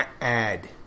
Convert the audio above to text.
add